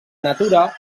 natura